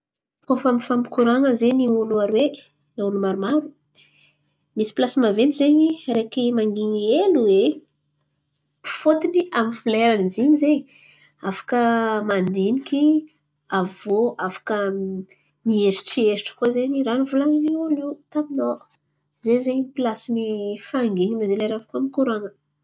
Koa fa fampikorain̈y zen̈y olo aroe na olo maromaro, misy pilasy maventy zen̈y areky mangin̈y hely oe. Fôtiny amy ny fa lerany izy iny izen̈y afaka mandiniky. Avô afaka miheritreritry koa izen̈y raha nivolan̈iny olo io koa taminô zen̈y zen̈y pilasiny fahanginan̈a lera hafa midoran̈a.